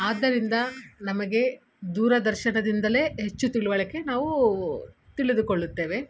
ಆದ್ದರಿಂದ ನಮಗೆ ದೂರದರ್ಶನದಿಂದಲೇ ಹೆಚ್ಚು ತಿಳುವಳಿಕೆ ನಾವೂ ತಿಳಿದುಕೊಳ್ಳುತ್ತೇವೆ